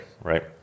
right